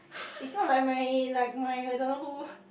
it's not like my like my the don't know who